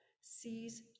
sees